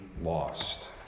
lost